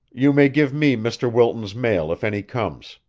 you may give me mr. wilton's mail if any comes,